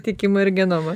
tiekimo ir genomą